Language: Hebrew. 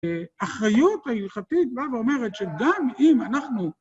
אחריות הילכתית באה ואומרת שגם אם אנחנו...